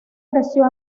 creció